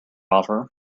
offer